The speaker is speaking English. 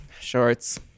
Shorts